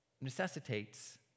necessitates